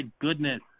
goodness